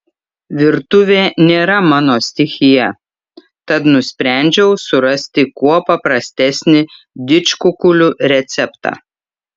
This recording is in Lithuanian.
virtuvė nėra mano stichija tad nusprendžiau surasti kuo paprastesnį didžkukulių receptą